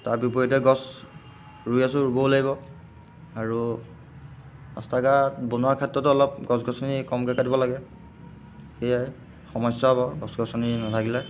তাৰ বিপৰীতে গছ ৰুই আছোঁ ৰুবও লাগিব আৰু ৰাস্তা ঘাট বনোৱাৰ ক্ষেত্ৰতো অলপ গছ গছনি কমকৈ কাটিব লাগে সেইয়াই সমস্যা হ'ব গছ গছনি নেথাকিলে